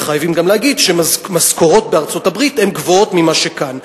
חייבים גם להגיד שהמשכורות בארצות-הברית גבוהות מאלה שכאן.